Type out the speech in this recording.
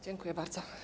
Dziękuję bardzo.